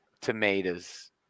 tomatoes